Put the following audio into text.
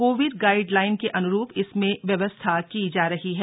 Covid guideline के अन्रूप इसमें व्यवस्था की जा रही है